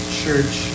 church